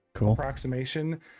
approximation